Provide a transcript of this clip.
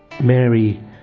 Mary